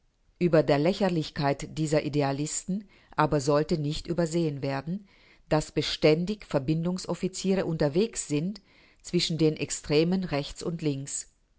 über der lächerlichkeit dieser idealisten aber sollte nicht übersehen werden daß beständig verbindungsoffiziere unterwegs sind zwischen den extremen rechts und links